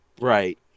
Right